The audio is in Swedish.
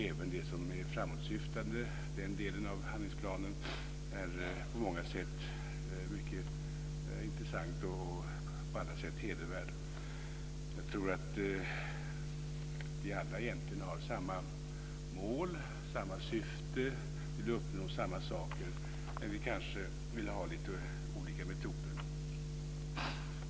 Även den delen av handlingsplanen som är framåtsyftande är på många sätt mycket intressant och på alla sätt hedervärd. Jag tror att vi alla egentligen har samma mål och samma syfte och vill uppnå samma saker men att vi kanske vill använda lite olika metoder.